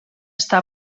està